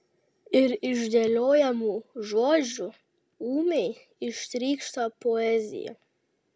ir iš dėliojamų žodžių ūmai ištrykšta poezija